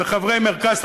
וחברי מרכז,